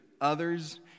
others